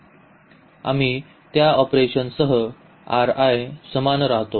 आम्ही त्या ऑपरेशनसह समान राहतो